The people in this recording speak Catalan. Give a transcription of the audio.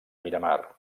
miramar